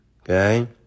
okay